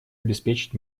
обеспечить